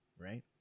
right